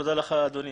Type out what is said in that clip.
אדוני